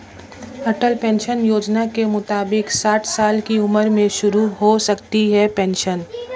अटल pension योजना के मुताबिक साठ साल की उम्र में शुरू हो सकती है पेंशन